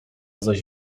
zaś